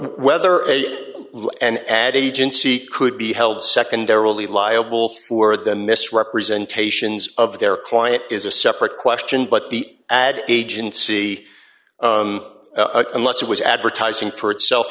whether an ad agency could be held secondarily liable for the misrepresentations of their client is a separate question but the ad agency unless it was advertising for itself